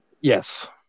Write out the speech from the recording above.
Yes